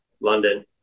London